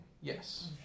Yes